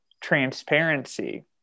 transparency